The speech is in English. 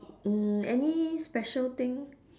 mm any special thing